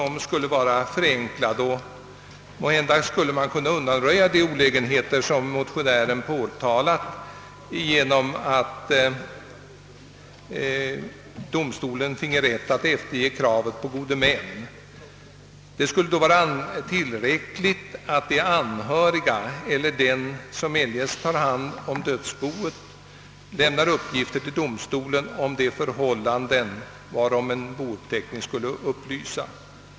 Måhända skulle de olägenheter som motionären påtalar kunna undanröjas genom att domstolen finge rätt att efterge kravet på gode män. Det skulle vara tillräckligt att de anhöriga eller den som eljest har hand om dödsboct lämnar uppgifter till domstolen om de förhållanden varom en bouppteckning skall upplysa.